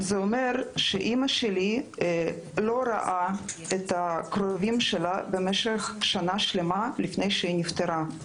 אימא שלי לא ראתה את הקרובים שלה במשך שנה שלמה לפני שהיא נפטרה.